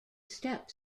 step